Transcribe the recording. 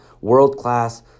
world-class